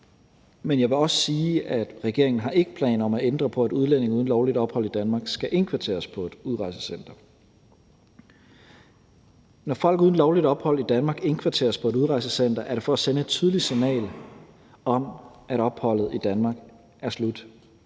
Men jeg vil også sige, at regeringen ikke har planer om at ændre på, at udlændinge uden lovligt ophold i Danmark skal indkvarteres på et udrejsecenter. Når folk uden lovligt ophold i Danmark indkvarteres på et udrejsecenter, er det for at sende et tydeligt signal om, at opholdet i Danmark er slut.